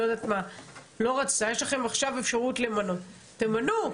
יש לכם עכשיו אפשרות למנות, תמנו.